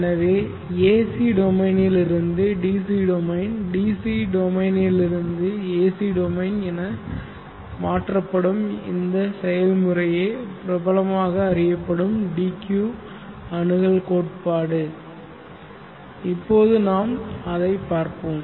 எனவே ஏசி டொமைனிலிருந்து DC domain DC டொமைனிலிருந்து ஏசி டொமைன் என மாற்றப்படும் இந்த செயல்முறையே பிரபலமாக அறியப்படும் d q அணுகல் கோட்பாடு இப்போது நாம் அதை பார்ப்போம்